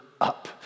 up